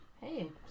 hey